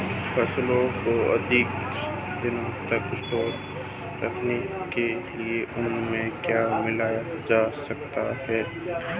फसलों को अधिक दिनों तक स्टोर करने के लिए उनमें क्या मिलाया जा सकता है?